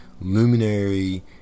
luminary